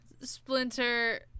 Splinter